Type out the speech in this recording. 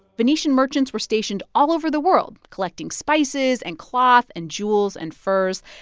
venetian merchants were stationed all over the world, collecting spices and cloth and jewels and furs.